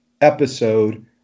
episode